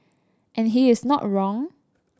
and he is not wrong